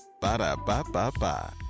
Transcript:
Ba-da-ba-ba-ba